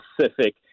specific